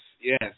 yes